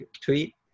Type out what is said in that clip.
tweet